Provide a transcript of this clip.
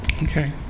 Okay